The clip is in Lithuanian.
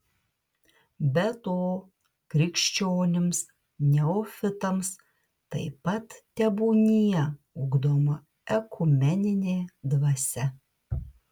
be to krikščionims neofitams taip pat tebūnie ugdoma ekumeninė dvasia